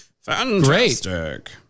Fantastic